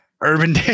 Urban